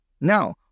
now